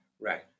right